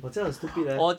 我觉得很 stupid leh